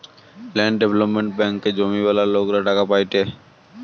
land development ব্যাঙ্কে জমিওয়ালা লোকরা টাকা পায়েটে